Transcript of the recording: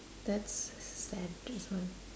that's sad this one